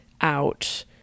out